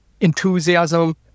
enthusiasm